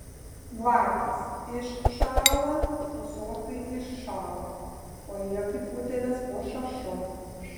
blakės iššąla prūsokai iššąla o jie kaip utėlės po šašu